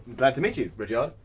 glad to meet you, rudyard.